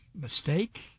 mistake